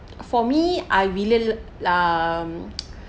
for me I really um